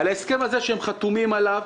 על פי ההסכם הזה שהם חתומים עליו,